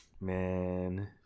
Man